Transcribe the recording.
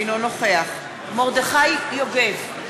אינו נוכח מרדכי יוגב,